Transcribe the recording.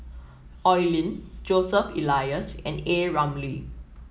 Oi Lin Joseph Elias and A Ramli